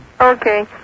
Okay